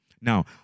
Now